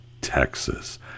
Texas